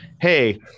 hey